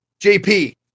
JP